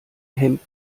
hemmt